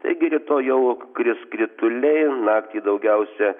taigi rytoj jau kris krituliai naktį daugiausia